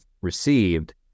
received